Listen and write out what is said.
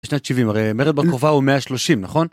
זה שנת 70, הרי מרד בר-כוכבא הוא 130, נכון?